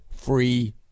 free